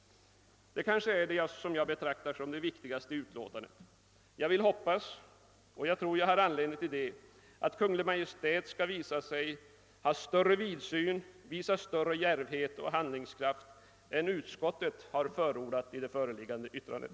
Detta betraktar jag som det kanske viktigaste i utlåtandet. Jag hoppas — och jag tror mig ha grundad anledning göra det — att Kungl. Maj:t skall visa större vidsyn, djärvhet och handlingskraft än utskottet har förordat i det föreliggande yttrandet.